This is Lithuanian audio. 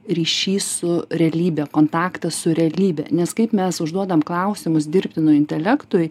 ryšys su realybe kontaktas su realybe nes kaip mes užduodam klausimus dirbtinui intelektui